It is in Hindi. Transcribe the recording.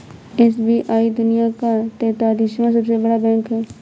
एस.बी.आई दुनिया का तेंतालीसवां सबसे बड़ा बैंक है